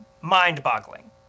mind-boggling